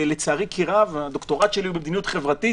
לצערי כי רב הדוקטורט שלי הוא במדיניות חברתית